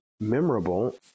memorable